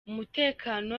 umutekano